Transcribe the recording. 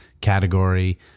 category